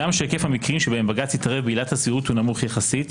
הגם שהיקף המקרים שבהם בג"צ התערב בעילת הסבירות הוא נמוך יחסית,